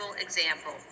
example